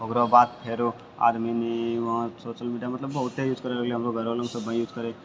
ओकरा बाद फेरो आदमी ने वहाँ सोशल मीडिया मतलब बहुते यूज करऽ लगलै हमरो घरऽमे सब यूज करै हइ